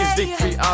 victory